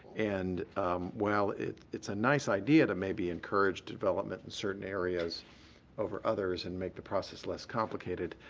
and while it's it's a nice idea to maybe encourage development in certain areas over others and make the process less complicated,